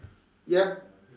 yup